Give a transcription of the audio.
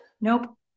nope